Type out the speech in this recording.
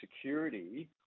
security